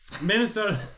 Minnesota